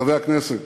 חברי הכנסת,